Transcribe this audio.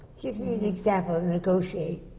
give me an example, negotiate,